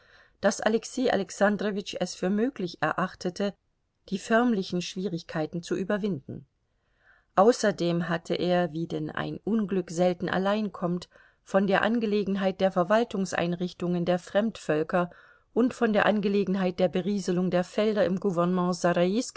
daß alexei alexandrowitsch es für möglich erachtete die förmlichen schwierigkeiten zu überwinden außerdem hatte er wie denn ein unglück selten allein kommt von der angelegenheit der verwaltungseinrichtungen der fremdvölker und von der angelegenheit der berieselung der felder im gouvernement